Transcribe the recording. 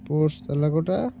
ପୋଷ ତାଲା ଗୋଟା